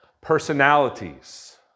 personalities